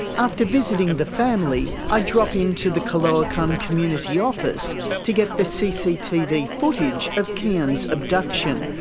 after visiting the family, i drop in to the caloocan community office to get the cctv footage of kian's abduction.